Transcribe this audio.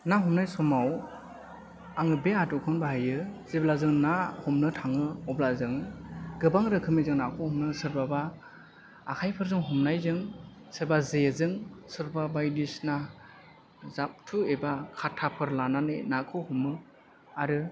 ना हमनाय समआव आं बे आदबखौनो बाहायो जेब्ला जों ना हमनो थाङो अब्ला जों गोबां रोखोमनि जों नाखौ हमो सोरबाबा आखायफोरजों हमनायजों सोरबा जेजों सोरबा बायदि सिना जाबथु एबा खाथाफोर लानानै नाखौ हमो आरो